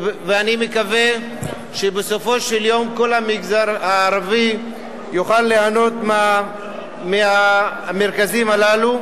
ואני מקווה שבסופו של דבר כל המגזר הערבי יוכל ליהנות מהמרכזים הללו.